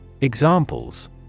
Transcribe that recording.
Examples